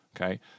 Okay